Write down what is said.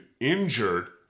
injured